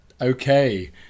Okay